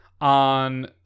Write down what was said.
on